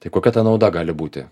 tai kokia ta nauda gali būti